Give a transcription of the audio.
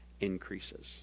increases